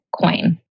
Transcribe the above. coin